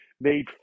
made